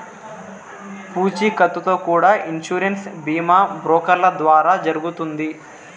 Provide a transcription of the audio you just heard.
పూచీకత్తుతో కూడా ఇన్సూరెన్స్ బీమా బ్రోకర్ల ద్వారా జరుగుతుంది